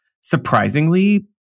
surprisingly